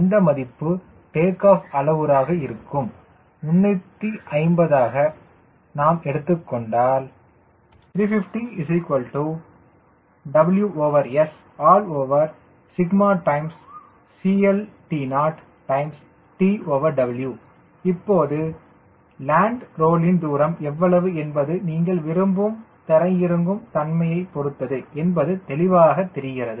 அந்த மதிப்பு take off அளவுருவாக இருக்கும் 350 ஆக நாம் எடுத்துக்கொண்டால் 350 WSCLTO TW இப்போது லேண்ட் ரோலின் தூரம் எவ்வளவு என்பது நீங்கள் விரும்பும் தரையிறங்கும் தன்மையைப் பொறுத்தது என்பது தெளிவாக தெரிகிறது